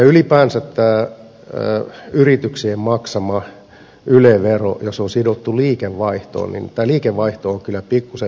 ylipäänsä kun tämä yrityksien maksama yle vero on sidottu liikevaihtoon niin tämä liikevaihto on kyllä pikkusen väärä mittari